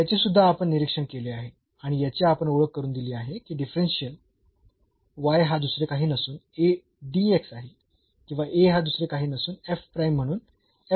याचे सुद्धा आपण निरीक्षण केले आहे आणि याची आपण ओळख करून दिली आहे की डिफरन्शियल हा दुसरे काही नसून आहे किंवा हा दुसरे काही नसून म्हणून आहे